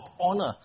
honor